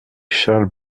charles